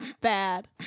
bad